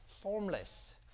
formless